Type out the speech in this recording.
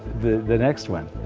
the the next one.